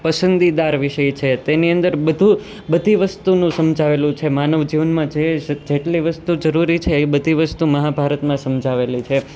પસંદીદા વિષય છે તેની અંદર બધું બધી વસ્તુનું સમજાવેલું છે માનવ જીવનમાં જેટલી વસ્તુ જરૂરી છે એ બધી વસ્તુ મહાભારતમાં સમજાવેલી છે